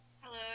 Hello